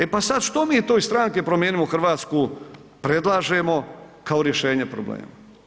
E pa sad što to mi iz Stranke Promijenimo Hrvatsku predlažemo kao rješenje problema?